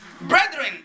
Brethren